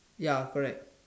ya correct